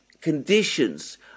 conditions